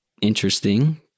interesting